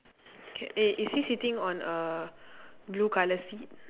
k eh is he sitting on a blue colour seat